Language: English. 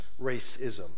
racism